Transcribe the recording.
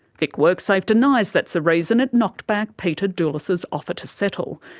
vic worksafe denies that's the reason it knocked back peter doulis's offer to settle.